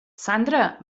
sandra